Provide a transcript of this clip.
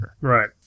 Right